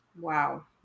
Wow